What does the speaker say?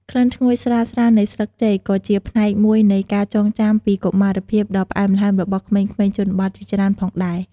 ក្លិនឈ្ងុយស្រាលៗនៃស្លឹកចេកក៏ជាផ្នែកមួយនៃ ការចងចាំពីកុមារភាព ដ៏ផ្អែមល្ហែមរបស់ក្មេងៗជនបទជាច្រើនផងដែរ។